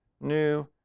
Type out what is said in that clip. new